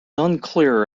unclear